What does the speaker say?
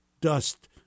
dust